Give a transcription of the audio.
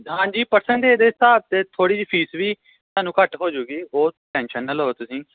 ਹਾਂਜੀ ਪਰਸੈਂਟਏਜ ਦੇ ਹਿਸਾਬ 'ਤੇ ਥੋੜ੍ਹੀ ਜਿਹੀ ਫੀਸ ਵੀ ਤੁਹਾਨੂੰ ਘੱਟ ਹੋ ਜੂਗੀ ਉਹ ਟੈਨਸ਼ਨ ਨਾ ਲਓ ਤੁਸੀਂ